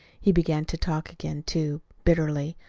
he began to talk again, too, bitterly,